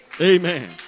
Amen